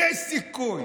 יש סיכוי